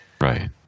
Right